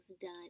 done